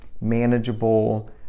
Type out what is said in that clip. manageable